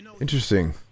Interesting